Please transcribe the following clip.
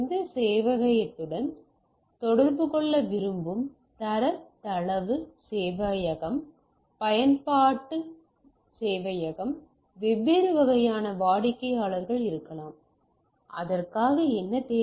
இந்த சேவையகத்துடன் தொடர்பு கொள்ள விரும்பும் தரவுத்தள சேவையகம் பயன்பாட்டு சேவையகம் வெவ்வேறு வகையான வாடிக்கையாளர்கள் இருக்கலாம் அதற்காக என்ன தேவை